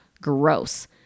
Gross